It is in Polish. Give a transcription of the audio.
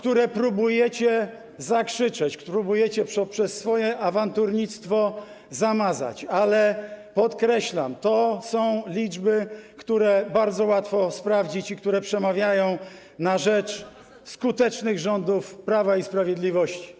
które próbujecie zakrzyczeć, próbujecie przez swoje awanturnictwo zamazać, ale podkreślam: to są liczby, które bardzo łatwo sprawdzić i które przemawiają na rzecz skutecznych rządów Prawa i Sprawiedliwości.